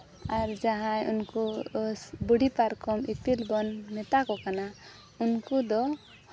ᱟᱨ ᱡᱟᱦᱟᱸᱭ ᱩᱱᱠᱩ ᱵᱷᱤᱲᱤ ᱯᱟᱨᱠᱚᱢ ᱤᱯᱤᱞ ᱵᱚᱱ ᱢᱮᱛᱟ ᱠᱚ ᱠᱟᱱᱟ ᱩᱱᱠᱩ ᱫᱚ